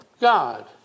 God